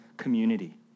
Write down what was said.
Community